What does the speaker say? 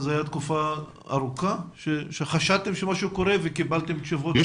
תקופה ארוכה חשדתם שמשהו קורה וקיבלתם תשובות שהכול בסדר?